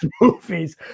movies